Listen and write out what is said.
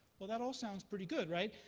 well, that all sounds pretty good, right?